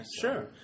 sure